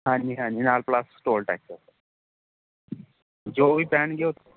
ਹਾਂਜੀ ਹਾਂਜੀ ਨਾਲ ਪਲੱਸ ਟੋਲ ਟੈਕਸ ਜੋ ਵੀ ਪੈਣਗੇ ਉਹ